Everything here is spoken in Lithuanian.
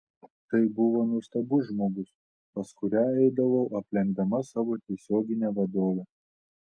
tai buvo nuostabus žmogus pas kurią eidavau aplenkdama savo tiesioginę vadovę